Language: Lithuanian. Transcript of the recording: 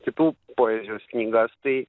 kitų poezijos knygas tai